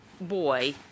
boy